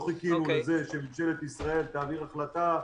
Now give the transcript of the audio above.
לא חיכינו שממשלת ישראל תעביר החלטה,